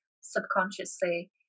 subconsciously